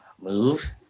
Move